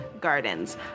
Gardens